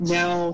now